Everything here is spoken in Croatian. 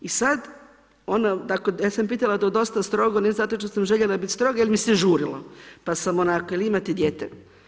I sad ona, dakle, ja sam pitala to dosta strogo ne zato što sam željela biti stroga jer mi se žurilo, pa sam onako jel imate dijete?